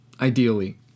ideally